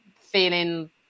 feeling